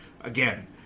again